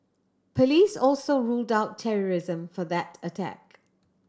police also ruled out terrorism for that attack